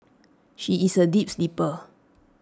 she is A deep sleeper